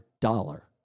dollar